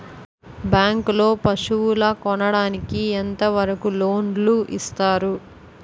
Bank లో పశువుల కొనడానికి ఎంత వరకు లోన్ లు ఇస్తారు?